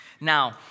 Now